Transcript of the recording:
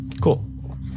Cool